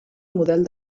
model